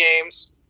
games